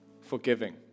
forgiving